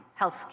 healthcare